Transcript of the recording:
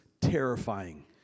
terrifying